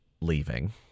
leaving